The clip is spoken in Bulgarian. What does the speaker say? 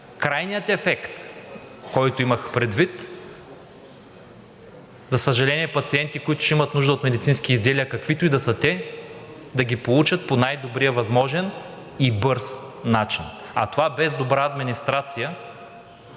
Крайният ефект, който имах предвид, за съжаление, е пациенти, които ще имат нужда от медицински изделия, каквито и да са те, да ги получат по най-добрия възможен и бърз начин, а това без добра администрация,